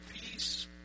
peace